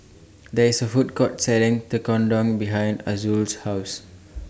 There IS A Food Court Selling Tekkadon behind Azul's House